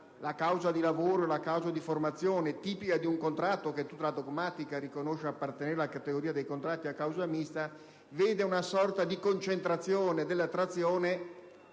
la causa di lavoro e quella di formazione, tipica di un contratto che tutta la dogmatica riconosce appartenere alla categoria dei contratti a causa mista, vede una sorta di concentrazione della trazione